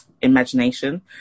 imagination